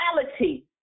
reality